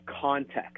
context